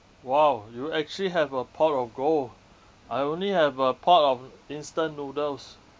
!wow! you actually have a pot of gold I only have a pot of instant noodles